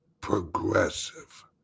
progressive